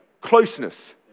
Closeness